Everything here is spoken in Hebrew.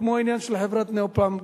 כמו בעניין של חברת "נאופלם",